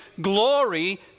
glory